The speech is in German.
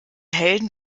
helden